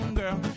girl